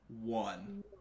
one